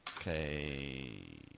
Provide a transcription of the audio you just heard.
Okay